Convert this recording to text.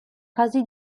casi